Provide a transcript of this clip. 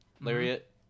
Lariat